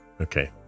Okay